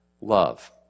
love